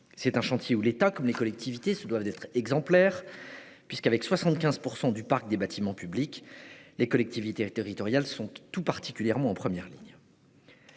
C'est un chantier où l'État comme les collectivités se doivent d'être exemplaires. En effet, avec 75 % du parc des bâtiments publics, les collectivités territoriales sont tout particulièrement en première ligne.